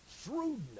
Shrewdness